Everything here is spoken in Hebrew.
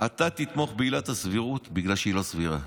אתה תתמוך בעילת הסבירות בגלל שהיא לא סבירה.